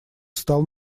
стал